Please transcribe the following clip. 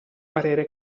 parere